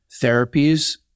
therapies